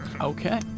Okay